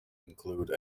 include